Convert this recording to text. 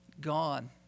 gone